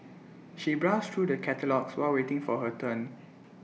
she browsed through the catalogues while waiting for her turn